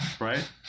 right